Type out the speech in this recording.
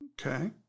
Okay